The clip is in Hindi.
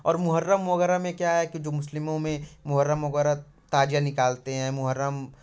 और मुहर्रम वगैरह में क्या है कि जो मुस्लिमों में मुहर्रम वगेरह ताजिया निकालते हैं मुहर्रम